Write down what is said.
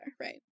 Right